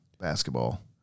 basketball